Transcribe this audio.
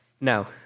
No